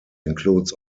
includes